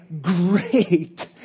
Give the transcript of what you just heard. great